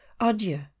Adieu